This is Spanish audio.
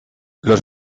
los